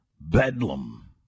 Bedlam